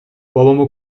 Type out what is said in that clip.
بابامو